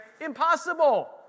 impossible